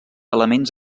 elements